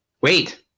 wait